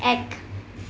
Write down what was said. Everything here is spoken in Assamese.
এক